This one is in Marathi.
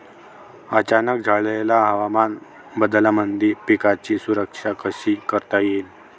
अचानक झालेल्या हवामान बदलामंदी पिकाची सुरक्षा कशी करता येईन?